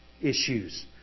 issues